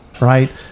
right